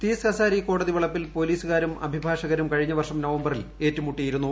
തീസ് ഹസാരി കോടതി വളപ്പിൽ പൊലീസുകാരും അഭിഭാഷകരും കഴിഞ്ഞ വർഷം നവംബറിൽ ഏറ്റുമുട്ടിയിരുന്നു